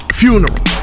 funeral